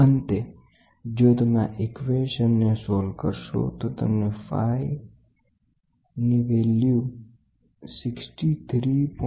અંતે જો તમે આ સમીકરણને ને હલ કરશો તો તમને phi બરાબર 63